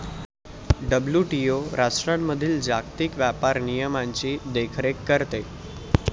WTO राष्ट्रांमधील जागतिक व्यापार नियमांची देखरेख करते